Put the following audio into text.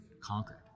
conquered